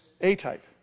A-type